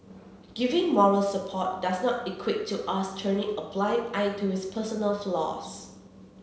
giving moral support does not equate to us turning a blind eye to his personal flaws